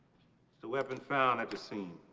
the weapon found at the scene.